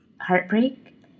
heartbreak